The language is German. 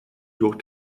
durch